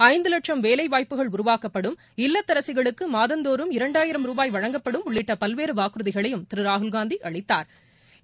ஐந்து லட்சம் வேலைவாய்ப்புக்கள் உருவாக்கப்படும் இல்லத்தரசிகளுக்கு மாதந்தோறும் இரண்டாயிரம் ருபாய் வழங்கப்படும் உள்ளிட்ட பல்வேறு வாக்குறுதிகளையும் திரு ராகுல்காந்தி அளித்தாா்